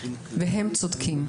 והם צודקים,